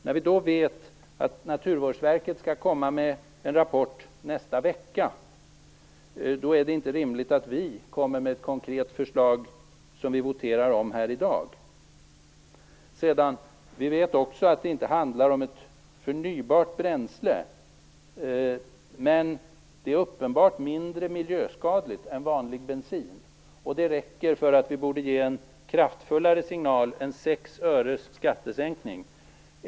När vi då vet att Naturvårdsverket skall komma med en rapport nästa vecka är det inte rimligt att vi kommer med ett konkret förslag som vi voterar om här i dag. Vi vet också att det inte handlar om ett förnybart bränsle, men det är uppenbart mindre miljöskadligt än vanlig bensin. Det räcker för att vi borde ge en kraftfullare signal än 6 öres skattesänkning.